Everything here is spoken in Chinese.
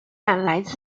来自